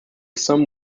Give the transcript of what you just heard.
some